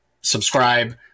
subscribe